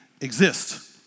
exist